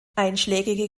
einschlägige